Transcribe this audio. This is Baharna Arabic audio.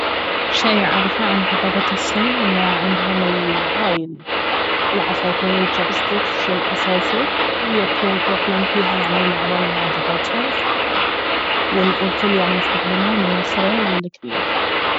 شي اعرفه عن ثقافة الصين ان عندهم ال- هاي العصايتين الجوب ستيكس شي اساي وياكلون فيها يعني معظم وجباتهم و- والكل يعني يستخدمها من الصغير للكبير